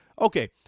okay